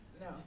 No